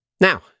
Now